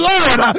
Lord